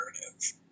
narrative